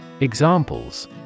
Examples